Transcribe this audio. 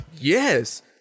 yes